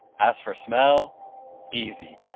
as for smell easy,